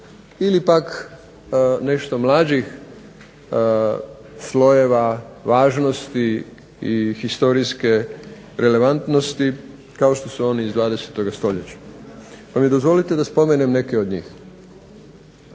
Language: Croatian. ili pak nešto mlađih slojeva važnosti i historijske relevantnosti kao što su oni iz 20. stoljeća. Pa mi dozvolite da spomenem neke od njih.